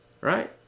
right